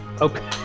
Okay